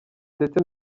ndetse